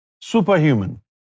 superhuman